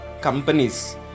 companies